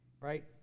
Right